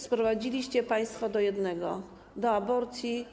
Sprowadziliście ją państwo do jednego: do aborcji.